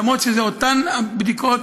למרות שאלה אותן הבדיקות,